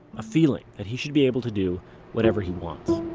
a feeling that he should be able to do whatever he wants